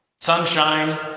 Sunshine